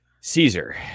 Caesar